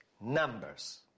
Numbers